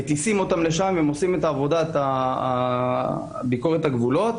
מטיסים אותם לשם והם עושים את עבודת ביקורת הגבולות.